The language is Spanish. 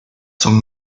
son